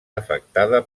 afectada